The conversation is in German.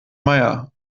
meier